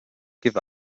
give